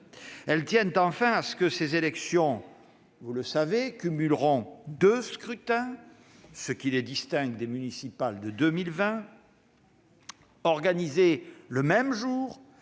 Elles tiennent enfin au fait que ces élections cumuleront deux scrutins- cela les distingue des municipales de 2020 -, organisés le même jour,